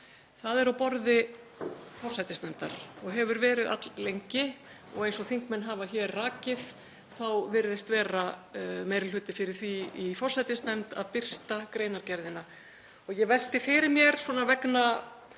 Það er á borði forsætisnefndar og hefur verið alllengi og eins og þingmenn hafa hér rakið þá virðist vera meiri hluti fyrir því í forsætisnefnd að birta greinargerðina. Ég velti fyrir mér, svona vegna